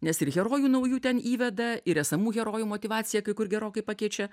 nes ir herojų naujų ten įveda ir esamų herojų motyvacija kai kur gerokai pakeičia